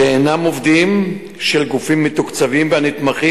שאינם עובדים של גופים מתוקצבים ונתמכים